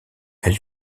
elle